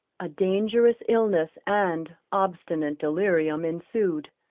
a dangerous illness and obstinate delirium ensued,